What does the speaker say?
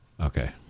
Okay